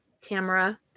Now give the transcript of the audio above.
Tamara